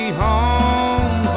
home